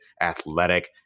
athletic